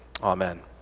Amen